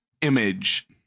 image